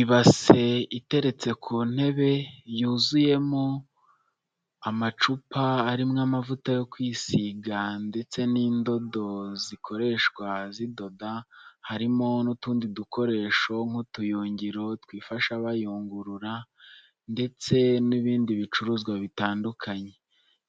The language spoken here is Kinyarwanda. Ibase iteretse ku ntebe yuzuyemo amacupa arimo amavuta yo kwisiga ndetse n'indodo zikoreshwa zidoda, harimo n'utundi dukoresho nk'utuyugiro twifasha bayungurura ndetse n'ibindi bicuruzwa bitandukanye.